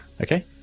Okay